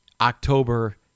October